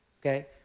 Okay